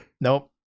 nope